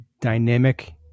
dynamic